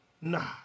nah